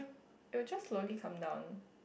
it'll just slowly come down